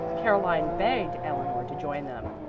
caroline begged eleanor to join them.